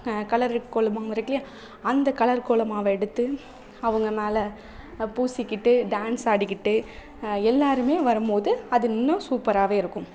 colour கோலமாவு இருக்குல்லையா அந்த கலர் கோலமாவை எடுத்து அவங்க மேலே பூசிக்கிட்டு டான்ஸ் ஆடிக்கிட்டு எல்லாருமே வரும்போது அது இன்னும் சூப்பராகவே இருக்கும்